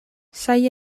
zaila